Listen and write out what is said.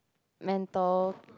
mental